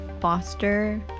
foster